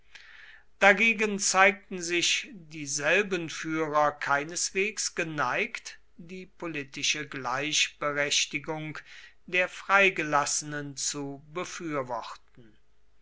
dagegen zeigten sich dieselben führer keineswegs geneigt die politische gleichberechtigung der freigelassenen zu befürworten